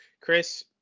Chris